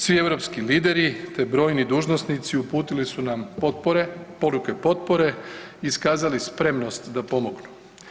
Svi europski lideri te brojni dužnosnici uputili su nam potpore, poruke potpore i iskazali spremnost da pomognu.